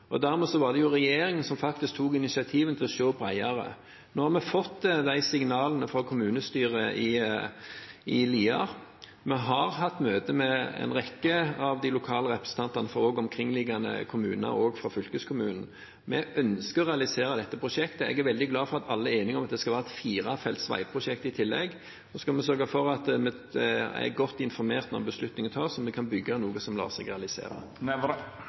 alternativene. Dermed var det regjeringen som faktisk tok initiativet til å se på eierskap. Nå har vi fått de signalene fra kommunestyret i Lier. Vi har hatt møte med en rekke av de lokale representantene også fra de omkringliggende kommuner, også fra fylkeskommunen. Vi ønsker å realisere dette prosjektet. Jeg er veldig glad for at alle er enige om at dette skal være et firefelts veiprosjekt i tillegg. Så skal vi sørge for at vi er godt informert når beslutningen tas, og at vi kan bygge noe som lar seg realisere.